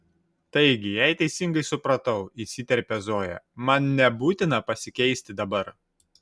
taigi jei teisingai supratau įsiterpia zoja man nebūtina pasikeisti dabar